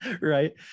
Right